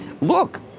look